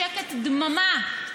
שקט, דממה.